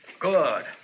Good